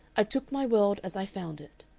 i took my world as i found it.